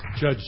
Judge